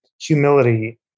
humility